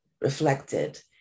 reflected